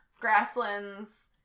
grasslands